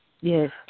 Yes